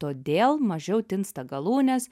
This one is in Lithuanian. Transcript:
todėl mažiau tinsta galūnės